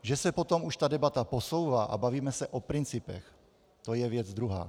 Že se potom už ta debata posouvá a bavíme se o principech, to je věc druhá.